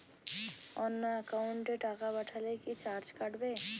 অন্য একাউন্টে টাকা পাঠালে কি চার্জ কাটবে?